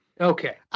Okay